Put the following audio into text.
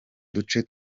duce